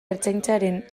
ertzaintzaren